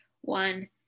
one